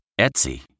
Etsy